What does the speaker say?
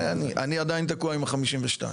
אני עדיין תקוע עם ה-52.